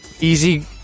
Easy